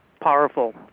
Powerful